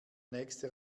nächste